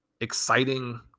exciting